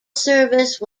service